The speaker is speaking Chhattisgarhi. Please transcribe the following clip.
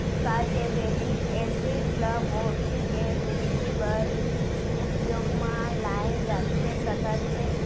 का जिब्रेल्लिक एसिड ल गोभी के वृद्धि बर उपयोग म लाये जाथे सकत हे?